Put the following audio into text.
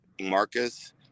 Marcus